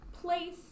place